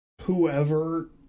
Whoever